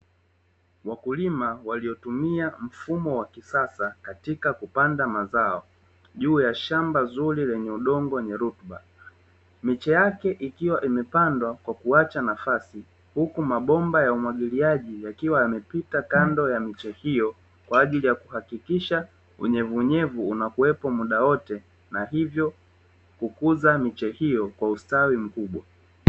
Wakulima waliotumia mfumo wa kisasa katika kupanda mazao juu ya shamba zuri lenye udongo wenye rutuba, miche yake ikiwa imepandwa kwa kuacha nafasi huku mabomba ya umwagiliaji yakiwa yamepita kando ya miche hiyo kwa ajili ya kuhakikisha unyevu unyevu unakuwepo muda wote na hivyo kukuza miche hiyo kwa ustawi mkubwa.